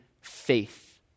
faith